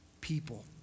people